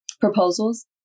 proposals